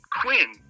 Quinn